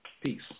Peace